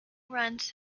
runs